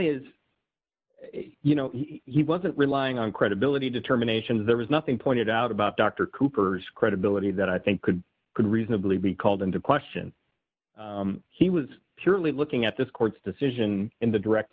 is you know he wasn't relying on credibility determinations there was nothing pointed out about dr cooper's credibility that i think could could reasonably be called into question he was purely looking at this court's decision in the direct